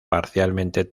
parcialmente